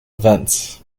events